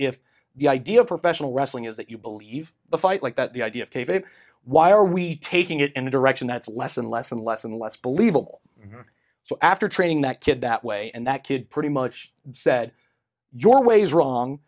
if the idea of professional wrestling is that you believe a fight like that the idea of why are we taking it in a direction that's less and less and less and less believable so after training that kid that way and that kid pretty much said your way is wrong